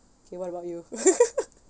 okay what about you